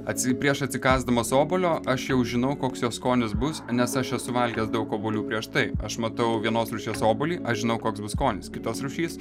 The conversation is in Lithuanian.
atseit prieš atsikąsdamas obuolio aš jau žinau koks jo skonis bus nes aš esu valgęs daug obuolių prieš tai aš matau vienos rūšies obuolį aš žinau koks bus skonis kitos rušys